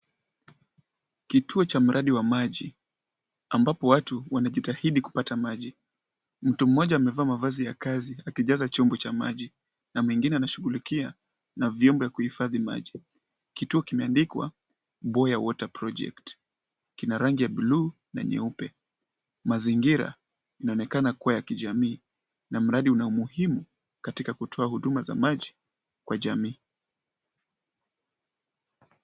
Kituo cha mradi wa maji ambapo watu wanajitahidi kupata maji. Mtu mmoja amevaa mavazi ya kazi akijaza chombo cha maji na mwingine anashughulikia na vyombo vya kuhifadhi maji. Kituo kimeandikwa Boyer water project kina rangi ya bluu na nyeupe. Mazingira inaonekana kuwa ya kijamii na mradi una muhimu katika kutoa huduma za maji kwa jamii.